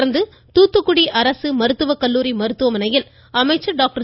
தொடா்ந்து தூத்துக்குடி அரசு மருத்துவக்கல்லூரி மருத்துவமனையில் அமைச்சா் டாக்டர்